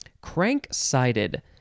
Crank-sided